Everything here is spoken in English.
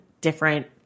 different